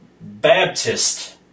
Baptist